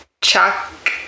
Chuck